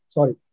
Sorry